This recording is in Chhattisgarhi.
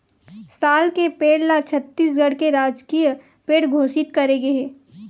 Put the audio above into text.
साल के पेड़ ल छत्तीसगढ़ के राजकीय पेड़ घोसित करे गे हे